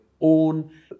own